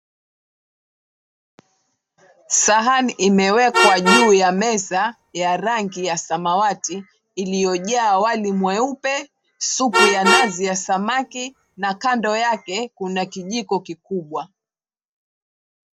Sahani imewekwa juu ya meza ya rangi ya samawati, iliyojaa wali mweupe, supu ya nazi ya samaki na kando yake kuna kijiko kikubwa.